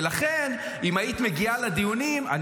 ולכן אם היית מגיעה לדיונים --- מה זה קשור?